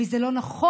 וזה לא נכון.